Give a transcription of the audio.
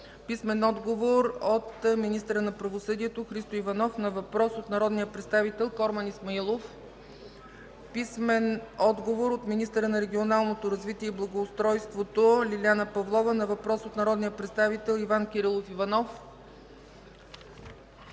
Гьоков; - министъра на правосъдието Христо Иванов на въпрос от народния представител Корман Исмаилов; - министъра на регионалното развитие и благоустройството Лиляна Павлова на въпрос от народния представител Иван Кирилов Иванов.